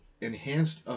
enhanced